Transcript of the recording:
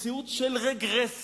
מציאות של רגרסיה.